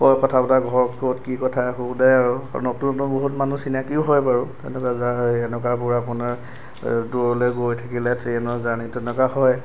কথা বাৰ্তা ঘৰ ক'ত কি কথা সোধে আৰু নতুন নতুন বহুত মানুহ চিনাকিয়ো হয় বাৰু এনেকুৱাবোৰ আপোনাৰ দূৰলৈ গৈ থাকিলে ট্ৰেইনৰ জাৰ্ণিত তেনেকুৱা হয়